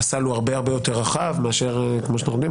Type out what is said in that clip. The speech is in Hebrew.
והסל הוא הרבה יותר רחב מאשר כמו שאנחנו יודעים,